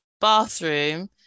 bathroom